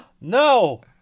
No